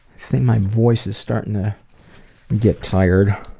think my voice is starting to get tired.